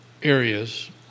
Areas